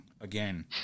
again